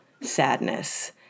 sadness